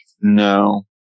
no